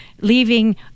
leaving